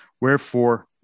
wherefore